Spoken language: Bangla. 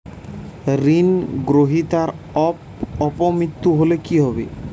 ঋণ গ্রহীতার অপ মৃত্যু হলে কি হবে?